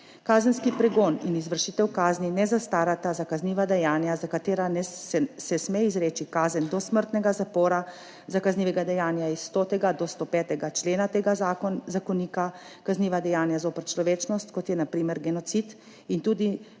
Kazenski pregon in izvršitev kazni ne zastarata za kazniva dejanja, za katera se sme izreči kazen dosmrtnega zapora, za kazniva dejanja iz od 100. do 105. člena tega zakonika, kazniva dejanja zoper človečnost, kot je na primer genocid, in tudi ne za